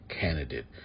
candidate